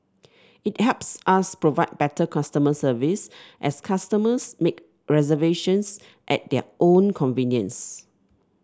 it helps us provide better customer service as customers make reservations at their own convenience